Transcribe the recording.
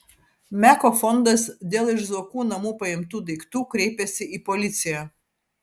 meko fondas dėl iš zuokų namų paimtų daiktų kreipėsi į policiją